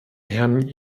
herrn